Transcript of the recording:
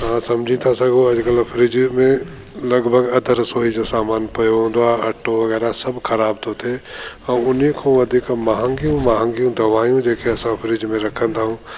तव्हां सम्झी था सघो अॼुकल्ह फ्रिज में लॻभॻि अधु रसोई जो सामान पियो हूंदो आहे अटो वग़ैरह सभु ख़राब थो थिए ऐं उन खां वधीक महांगियूं महांगियूं दवाइयूं जेके असां फ्रिज में रखंदाऊं